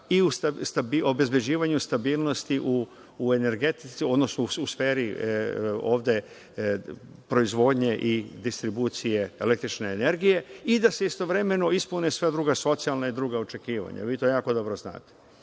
u obezbeđivanju stabilnosti u energetici, odnosno u sferi proizvodnje i distribuciji električne energije i da se istovremeno ispune sva socijalna i druga očekivanja. Vi to jako dobro znate. Ovde